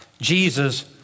Jesus